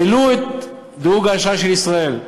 העלו את דירוג האשראי של ישראל,